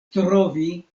trovi